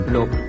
Look